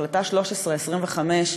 החלטה 1325,